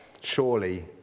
Surely